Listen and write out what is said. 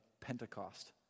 Pentecost